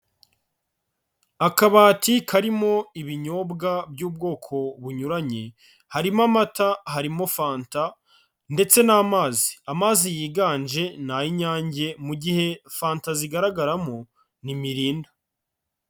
Akabati karimo ibinyobwa by'ubwoko bunyuranye, harimo amata, harimo fanta ndetse n'amazi, amazi yiganje ni ay'Inyange mu gihe fanta zigaragaramo ni mirinda.